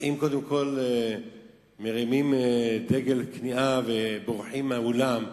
אם קודם כול מרימים דגל כניעה ובורחים מהאולם,